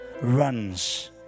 runs